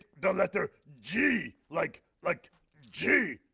the letter g, like, like gee,